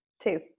Two